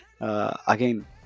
Again